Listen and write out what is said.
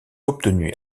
obtenus